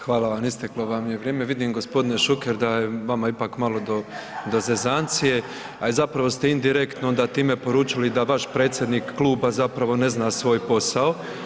Hvala vam, isteklo vam je vrijeme. vidim g. Šuker da je vama ipak malo do zezancije a i zapravo ste indirektno onda time poručili da vaš predsjednik kluba zapravo ne zna svoj posao.